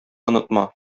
онытма